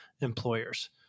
employers